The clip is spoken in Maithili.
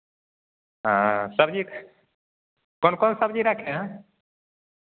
सबजी कोन कोन सबजी रखे हैं